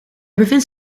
bevindt